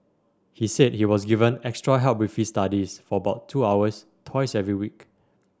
he said he was given extra help with his studies for about two hours twice every week